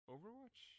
Overwatch